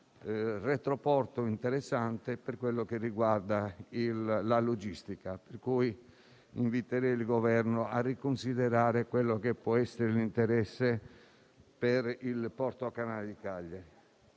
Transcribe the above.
un retroporto interessante per quello che riguarda la logistica. Invito quindi il Governo a riconsiderare quello che può essere l'interesse per il Porto canale di Cagliari.